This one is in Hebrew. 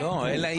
אלא אם